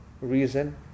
reason